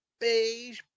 beige